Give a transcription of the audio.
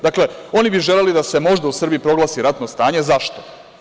Dakle, oni bi želeli da se možda u Srbiji proglasi ratno stanje, zašto?